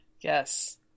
Yes